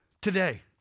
today